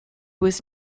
was